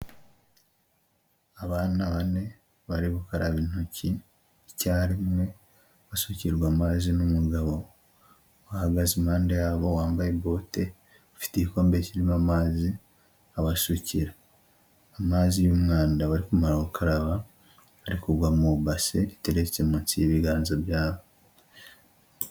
Abana bane bari gukaraba intoki icyarimwe basukirwa amazi n'umugabo uhagaze impande yabo wambaye bote ufite igikombe kirimo amazi abasukira, amazi y'umwanda bari kumara gukaraba ari kugwa mu base iteretse munsi y'ibiganza byabo.